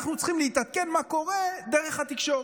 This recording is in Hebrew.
אנחנו צריכים להתעדכן מה קורה דרך התקשורת.